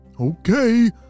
okay